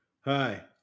Hi